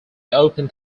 open